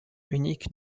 unique